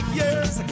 years